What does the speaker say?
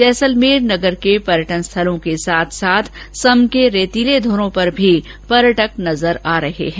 जैसलमेर नगर के प्रग्रटनस्थलों के साथ साथ सम के रेतीले धोरों पर भी पर्यटक नजर आ रहे हैं